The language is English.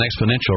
exponential